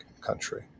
country